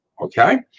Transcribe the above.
okay